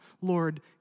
Lord